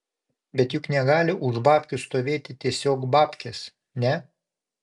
bet juk negali už babkių stovėti tiesiog babkės ne